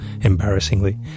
embarrassingly